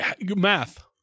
math